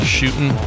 shooting